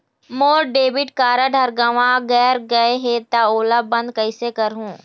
मोर debit card हर गंवा गैर गए हे त ओला बंद कइसे करहूं?